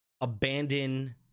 abandon